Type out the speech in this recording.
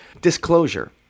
Disclosure